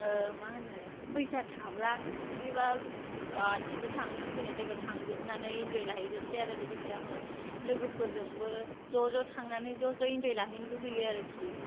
मा होनो फैसा थाब्ला बिदिबा गासिबो थांनो लुगैनाय जायगायाव थांजोबनानै इनजय लाहै जोबसै आरो लोगोसे आङो लोगोफोरजोंबो ज' ज' थांनानै ज' ज' इनजय लाहैनो लुगैयो आरोखि